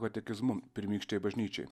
katekizmu pirmykštėj bažnyčioj